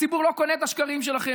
הציבור לא קונה את השקרים שלכם,